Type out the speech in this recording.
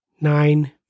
nine